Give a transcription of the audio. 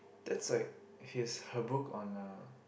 that's like his her book on uh